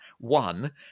one